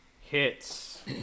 hits